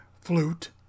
flute